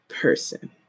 person